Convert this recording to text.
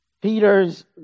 Peter's